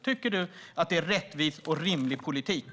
Tycker du att det är rättvis och rimlig politik?